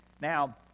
Now